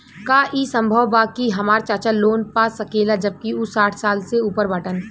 का ई संभव बा कि हमार चाचा लोन पा सकेला जबकि उ साठ साल से ऊपर बाटन?